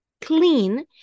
clean